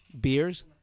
beers